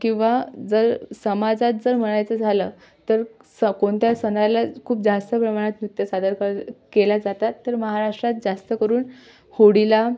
किंवा जर समाजात जर म्हणायचं झालं तर स कोणत्या सणाला खूप जास्त प्रमाणात नृत्य सादर कर केल्या जातात तर महाराष्ट्रात जास्त करून होळीला